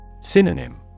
Synonym